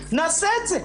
נעשה את זה.